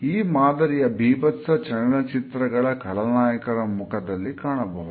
ಈ ಮಾದರಿಯನ್ನು ಬೀಭತ್ಸ ಚಲನಚಿತ್ರಗಳ ಖಳನಾಯಕರ ಮುಖದಲ್ಲಿ ಕಾಣಬಹುದು